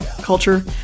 culture